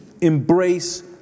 embrace